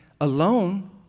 alone